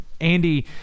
Andy